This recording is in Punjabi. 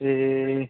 ਅਤੇ